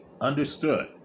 Understood